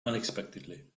unexpectedly